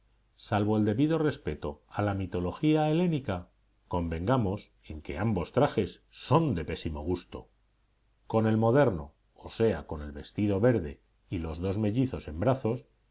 salvo el debido respeto a la mitología helénica convengamos en que ambos trajes son de pésimo gusto con el moderno o sea con el vestido verde y los dos mellizos en brazos